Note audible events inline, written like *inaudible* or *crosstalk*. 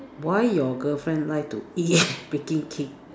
why your girlfriend like to eat *noise* baking cake